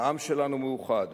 העם שלנו מאוחד,